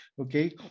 Okay